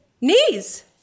Knees